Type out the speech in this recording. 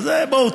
אז בואו,